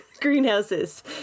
greenhouses